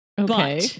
Okay